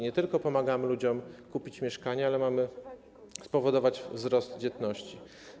Nie tylko pomagamy ludziom kupić mieszkania, ale mamy spowodować wzrost dzietności.